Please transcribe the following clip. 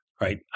Right